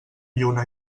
lluna